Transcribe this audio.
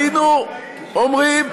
היינו אומרים,